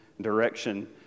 direction